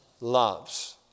Loves